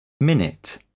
Minute